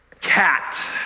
cat